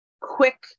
quick